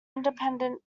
independent